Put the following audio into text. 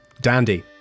dandy